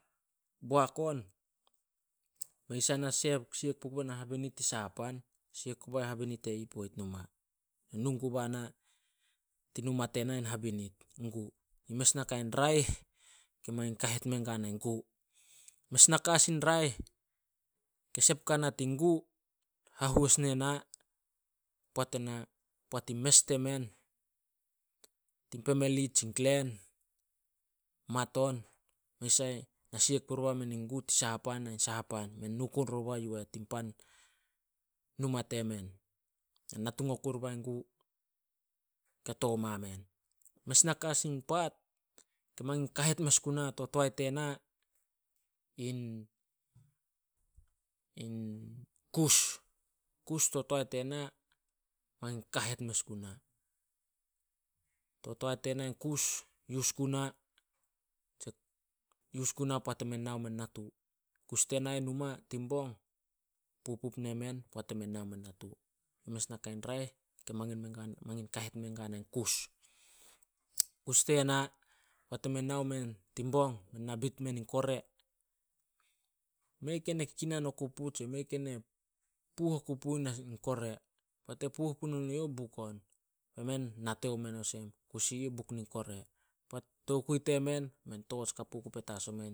boak on, mei sai na siek puguba na habinit tin saha pan, siek gubai habinit e ih poit numa. Nu guba tin numa tena in habinit, in gu. Yi mes nakai raeh ke mangin kahet mengua nai gu. Mes naka as in raeh ke sep guana tin gu, hahuos nena poat poat in mes temen tin pemeli tsi tin klen mat on mei sai na siek puri bamen in gu tin saha pan- ai saha pan, men nu ku riba eh tin numa temen, men natung oku dibae gu, ke to ma men. Mes naka as in paat ke mangin kahet mes guna to toae tena, in- in kus. Kus to toae tena mangin kahet mes guna. To toae tena, kus yus guna yus guna poat emen nao men natu. Kus tena eh numa, tin bong pupup nemen poit e men nao men natu. Yi mes nakai raeh ke mangin ke mangin kahet men guanai kus. Kus tena, poat emen nao men tin bong, men na bit men in kore, mei ken e kinan oku puh tse mei ken e puuh oku puh in kore. Poat e puuh puno nuh eyouh, buk on. Be men nate omen, kore. Tokui temen, men torch kapu oku petas omen.